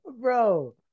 Bro